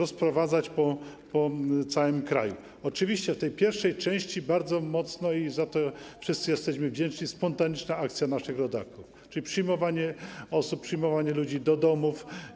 Oczywiście w tej pierwszej części bardzo mocna była - i za to wszyscy jesteśmy wdzięczni - spontaniczna akcja naszych rodaków, czyli przyjmowanie osób, przyjmowanie ludzi do domów.